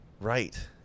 Right